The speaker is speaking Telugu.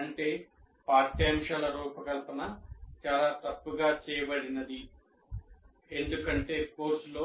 అంటే పాఠ్యాంశాల రూపకల్పన చాలా తప్పుగా చేయబడిందిఎందుకంటే కోర్సులో